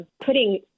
putting